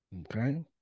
Okay